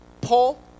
Paul